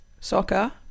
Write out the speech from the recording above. soccer